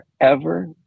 forever